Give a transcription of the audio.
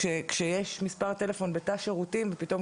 כשיש מספר טלפון בתא שירותים ופתאום